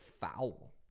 foul